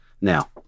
now